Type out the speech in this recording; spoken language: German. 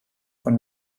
von